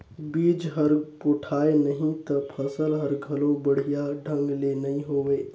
बिज हर पोठाय नही त फसल हर घलो बड़िया ढंग ले नइ होवे